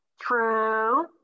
True